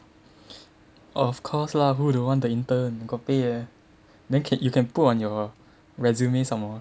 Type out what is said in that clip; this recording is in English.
of course lah who don't want the intern got pay eh then you can put on your resume some more